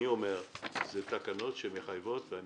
שהתקנות מחייבות היערכות,